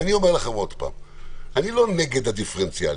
אני לא נגד דיפרנציאליות,